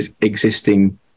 existing